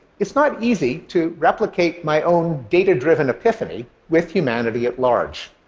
it's not easy to replicate my own data-driven epiphany with humanity at large.